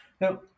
Now